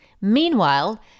Meanwhile